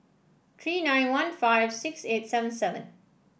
three nine one five six eight seven seven